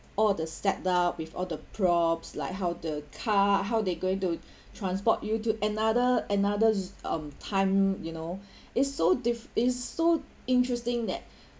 all of the setup with all the props like how the car how they going to transport you to another another's um time you know it's so diff~ it is so interesting that